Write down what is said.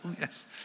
yes